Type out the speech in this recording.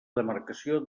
demarcació